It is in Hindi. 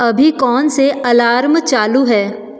अभी कौनसे अलार्म चालू हैं